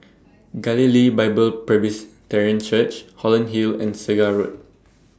Galilee Bible Presbyterian Church Holland Hill and Segar Road